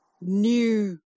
new